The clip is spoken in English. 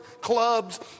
clubs